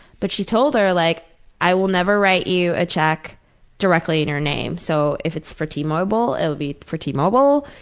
but, she told her like i will never write you a check directly in your name, so if it's for t-mobile, it will be for t-mobile.